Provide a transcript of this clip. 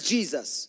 Jesus